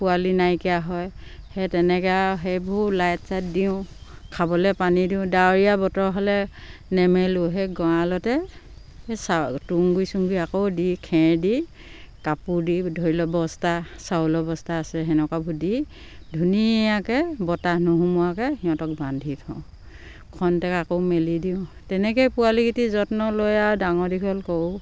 পোৱালি নাইকিয়া হয় সেই তেনেকেও সেইবোৰ লাইট চাইট দিওঁ খাবলে পানী দিওঁ ডাৱৰীয়া বতৰ হ'লে নেমেলোঁ সেই গঁৰালতে সেই আকৌ দি খেৰ দি কাপোৰ দি ধৰি লওক বস্তা চাউলৰ বস্তা আছে সেনেকুৱাবোৰ দি ধুনীয়াকে বতাহ নুসোমোৱাকে সিহঁতক বান্ধি থওঁ খন্তেক আকৌ মেলি দিওঁ তেনেকে পোৱালীকিটিৰ যত্ন লৈ আৰু ডাঙৰ দীঘল কৰোঁ